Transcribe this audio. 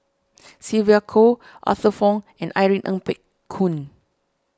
Sylvia Kho Arthur Fong and Irene Ng Phek Hoong